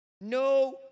no